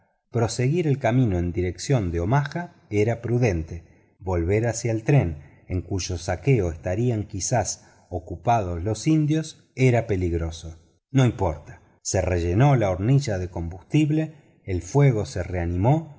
proseguir el camino en dirección de omaha era prudente volver hacia el tren en cuyo saqueo estarían quizá ocupados los indios era peligro so no importa se rellenó la hornilla de combustible el fuego se reanimó